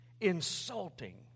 insulting